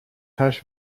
hash